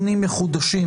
מחודשים.